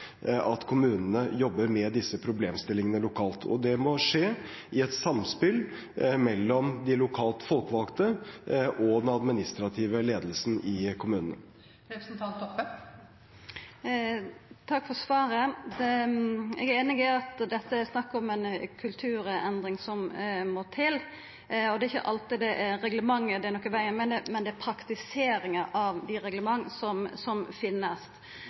at kommunene jobber med disse problemstillingene lokalt. Og det må skje i et samspill mellom de lokale folkevalgte og den administrative ledelsen i kommunene. Takk for svaret. Eg er einig i at det er ei kulturendring som må til. Det er ikkje alltid at det er reglementet det er noko i vegen med, men praktiseringa av dei reglementa som finst. Likevel er